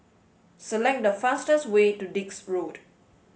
select the fastest way to Dix Road